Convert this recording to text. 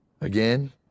again